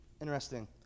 Interesting